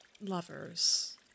lovers